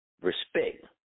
Respect